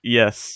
yes